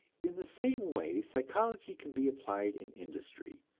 in the same way psychology can be applied in industry,